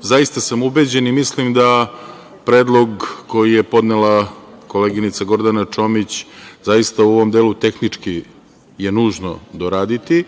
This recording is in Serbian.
Zaista sam ubeđen i mislim da predlog koji je podnela koleginica Gordana Čomić zaista u ovom delu tehnički je nužno doraditi.